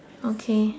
okay